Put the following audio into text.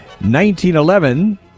1911